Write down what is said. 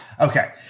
Okay